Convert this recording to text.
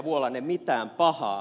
vuolanne mitään pahaa